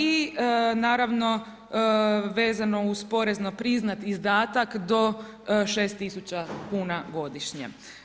I naravno vezano uz porezno priznat izdatak do 6 tisuća kuna godišnje.